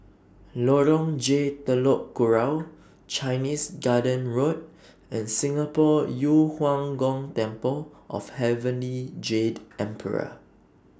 Lorong J Telok Kurau Chinese Garden Road and Singapore Yu Huang Gong Temple of Heavenly Jade Emperor